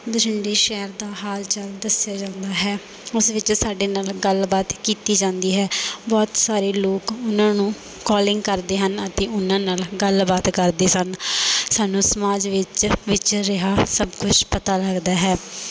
ਬਠਿੰਡੇ ਸ਼ਹਿਰ ਦਾ ਹਾਲ ਚਾਲ ਦੱਸਿਆ ਜਾਂਦਾ ਹੈ ਉਸ ਵਿੱਚ ਸਾਡੇ ਨਾਲ ਗੱਲਬਾਤ ਕੀਤੀ ਜਾਂਦੀ ਹੈ ਬਹੁਤ ਸਾਰੇ ਲੋਕ ਉਨ੍ਹਾਂ ਨੂੰ ਕੋਲਿੰਗ ਕਰਦੇ ਹਨ ਅਤੇ ਉਨ੍ਹਾਂ ਨਾਲ ਗੱਲਬਾਤ ਕਰਦੇ ਸਨ ਸਾਨੂੰ ਸਮਾਜ ਵਿੱਚ ਵਿਚਰ ਰਿਹਾ ਸਭ ਕੁਛ ਪਤਾ ਲੱਗਦਾ ਹੈ